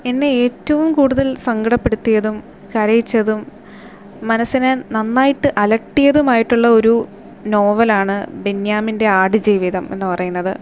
എന്നെ ഏറ്റവും കൂടുതൽ സങ്കടപെടുത്തിയതും കരയിച്ചതും മനസിനെ നന്നായിട്ട് അലട്ടിയതുമായിട്ടുള്ള ഒരു നോവലാണ് ബെന്യാമിൻ്റെ ആടുജീവിതം എന്നു പറയുന്നത്